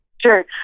Sure